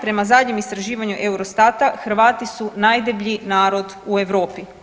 Prema zadnjim istraživanju Eurostata Hrvati najdeblji narod u Europi.